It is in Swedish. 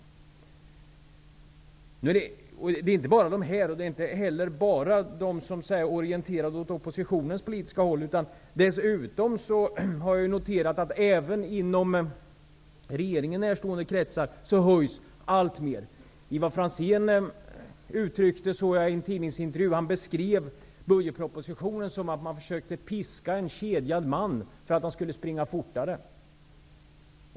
Det gäller inte bara dessa grupper och de som politiskt är orienterade åt samma håll som oppositionen, utan jag har noterat att sådana röster höjs även inom regeringen närstående kretsar. I en tidningsartikel beskrev Ivar Franzén budgetpropositionen som att man försökte piska en kedjad man för att han skulle springa fortare.